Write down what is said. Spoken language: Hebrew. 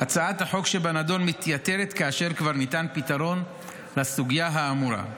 הצעת החוק שבנדון מתייתרת כאשר כבר ניתן פתרון לסוגיה האמורה.